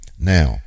Now